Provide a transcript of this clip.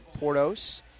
Portos